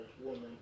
woman